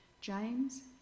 James